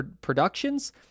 Productions